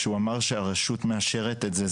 כשהוא אמר שהרשות מאשרת את זה,